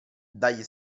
dagli